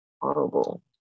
horrible